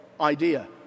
idea